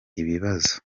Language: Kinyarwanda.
ibibazo